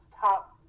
top